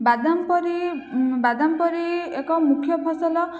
ବାଦାମ୍ ପରି ବାଦାମ୍ ପରି ଏକ ମୁଖ୍ୟ ଫସଲ